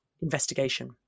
investigation